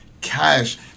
cash